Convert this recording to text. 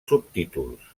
subtítols